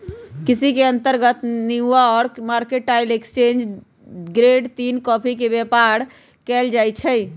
केसी के अंतर्गत New York mercantile exchange grade तीन कॉफी के व्यापार कएल जाइ छइ